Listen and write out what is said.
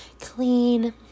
clean